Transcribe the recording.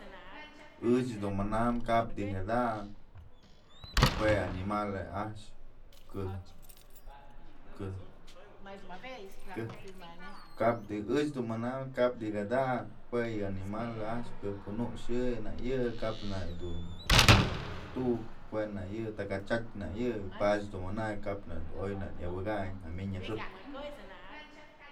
Ëch dun mana kap dij jada'a jue animal a'ax këj këj kap dij ëch dun manam kap dij jada'a jue yë animal a'ax këj kunuxë anak yë kap nak yëdun tu'u tu'uk jue nak yë yakachatyë nak yë pach dun manayn kap nak dun oy yabëkayn amyñ axëp.